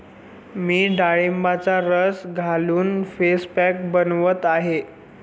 मी डाळिंबाचा रस घालून फेस पॅक बनवत आहे